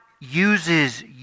uses